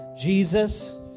Jesus